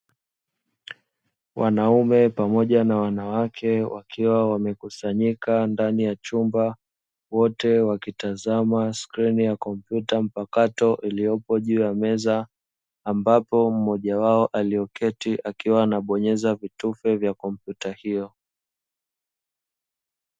Wanaume pamoja na wanawake wakiwa wamekusanyika ndani ya chumba wote wakitazama skrini ya kompyuta mpakato iliyopo juu ya meza, ambao mmoja wao aliye keti akiwa anabonyeza vitufe vya kompyuta hiyo.